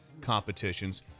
competitions